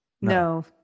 No